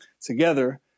together